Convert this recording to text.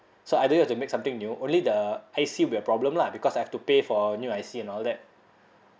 so I do have to make something new only the I_C will be a problem lah because I have to pay for new I_C and all that